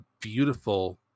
beautiful